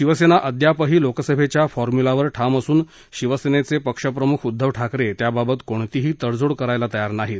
शिवसेना अजूनही लोकसभेच्या फॉर्म्यूल्यावर ठाम असून शिवसेनेचे पक्ष प्रमुख उध्दव ठाकरे त्याबाबत कोणतीही तडजोड करण्यास तयार नाहीत